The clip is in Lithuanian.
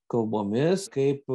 kalbomis kaip